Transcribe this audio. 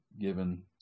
given